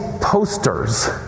posters